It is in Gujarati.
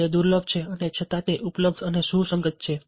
તે દુર્લભ છે અને છતાં તે ઉપલબ્ધ અને સુસંગત છે